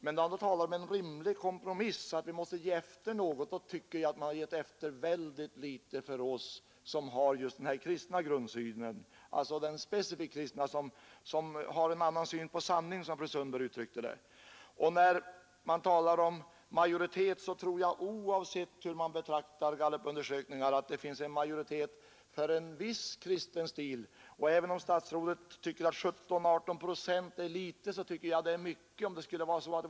Men då han talar om en rimlig kompromiss, att vi måste ge efter något, då tycker jag att man har gett efter väldigt litet för oss som har just den specifikt kristna grundsynen, som har annan syn på vad som är sanning, som fru Sundberg uttryckte Nr 130 det. n a :| Måndagen den När man talar om majoritet så tror jag, oavsett hur man betraktar 4 december 1972 galluppundersökningar, att det finns en majoritet för en viss kristen stil. EES Ang. möjligheterna att driva enskilda skolor Även om statsrådet tycker att 17—18 procent är litet, så tycker jag det är mycket.